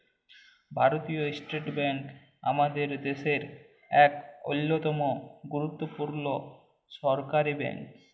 ভারতীয় State Bank আমাদের দ্যাশের ইক অল্যতম গুরুত্তপুর্ল সরকারি ব্যাংক